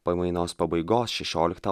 pamainos pabaigos šešioliktą